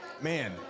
man